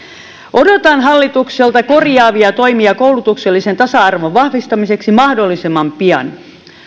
odotan hallitukselta korjaavia toimia koulutuksellisen tasa arvon vahvistamiseksi mahdollisimman pian